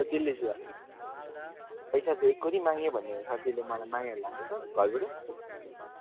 त्यसको चाहिँ हजुर पैसा चाहिँ एकोहोरी माग्यो भनेर सर त्यसले मागेर लान्छ त घरबाट